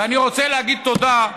ואני רוצה להגיד תודה,